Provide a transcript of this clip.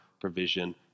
provision